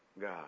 God